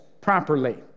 properly